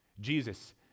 Jesus